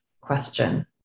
question